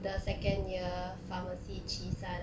the second year pharmacy chee san